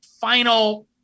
final